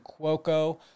Cuoco